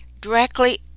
directly